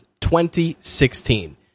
2016